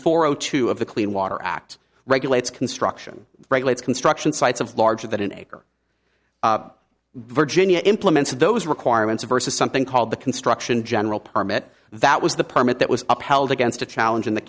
four o two of the clean water act regulates construction regulates construction sites of larger than an acre virginia implemented those requirements versus something called the construction general permit that was the permit that was upheld against a challenge in the